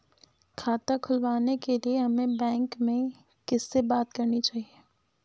खाता खुलवाने के लिए हमें बैंक में किससे बात करनी चाहिए?